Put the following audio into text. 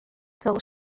fell